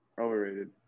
Overrated